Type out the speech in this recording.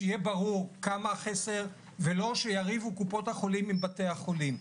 שיהיה ברור כמה החסר ולא שיריבו קופות החולים עם בתי החולים.